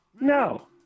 No